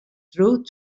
through